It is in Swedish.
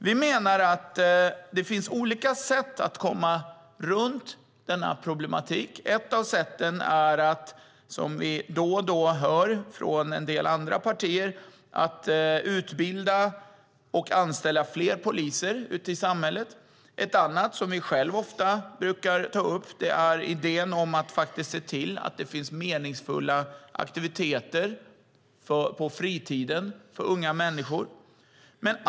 Vi menar att det finns olika sätt att komma runt denna problematik. Ett av sätten som vi då och då hör från en del andra partier är att utbilda och anställa fler poliser ute i samhället. Ett annat sätt som vi själva ofta brukar ta upp är idén om att se till att det finns meningsfulla aktiviteter på fritiden för unga människor.